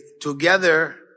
together